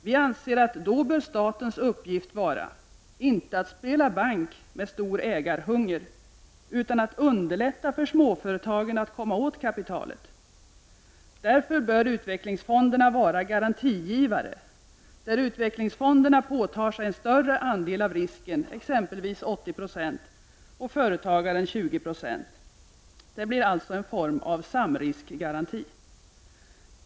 Vi anser att statens uppgift då bör vara att underlätta för småföretagen att komma åt kapitalet och inte att spela bank med stor ägarhunger. Därför bör utvecklingsfonderna vara garantigivare och påta sig en större andel av risken — exempelvis 80 96 och företagaren 20 20. Det blir alltså en form av samriskgaranti.